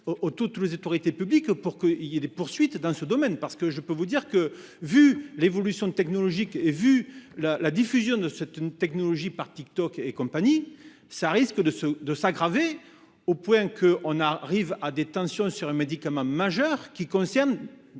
au toutes les autorités publiques pour que il y a des poursuites dans ce domaine parce que je peux vous dire que vu l'évolution technologique et vu la la diffusion de cette une technologie par TikTok et compagnie ça risque de se, de s'aggraver. Au point que on arrive à des tensions sur un médicament majeur qui concerne.